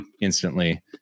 instantly